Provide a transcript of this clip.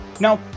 No